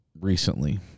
recently